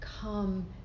Come